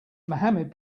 mohamed